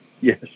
Yes